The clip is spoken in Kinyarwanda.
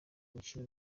mikino